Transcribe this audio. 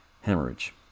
hemorrhage